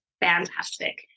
fantastic